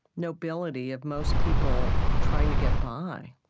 nobility of most people trying to get by.